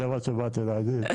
זה מה שבאתי להגיד,